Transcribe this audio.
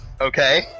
Okay